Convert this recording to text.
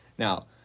Now